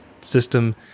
system